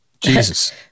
Jesus